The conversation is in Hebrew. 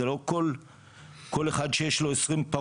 אני מניח שלא תתנו אישור לכל אחד שיש לו 20 פרות.